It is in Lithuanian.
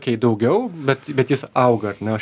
kei daugiau bet bet jis auga ar ne